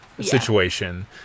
situation